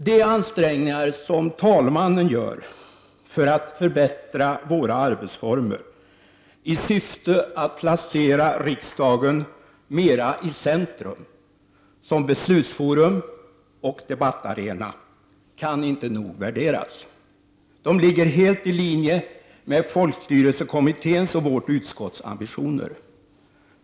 De ansträngningar som talmannen gör för att förbättra våra arbetsformer i syfte att placera riksdagen mera i centrum som beslutsforum och debattarena kan inte nog värderas. Dessa ansträngningar ligger helt i linje med folkstyrelsekommitténs och vårt utskotts ambitioner.